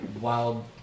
wild